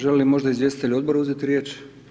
Želi li možda izvjestitelj odbora uzeti riječ?